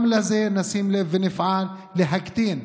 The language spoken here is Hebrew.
גם לזה נשים לב ונפעל להקטין,